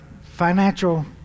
financial